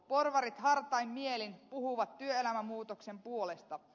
porvarit hartain mielin puhuvat työelämämuutoksen puolesta